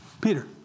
Peter